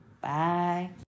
Bye